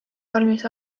valmis